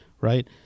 right